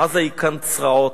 עזה היא קן צרעות.